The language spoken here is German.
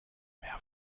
mehr